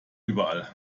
überall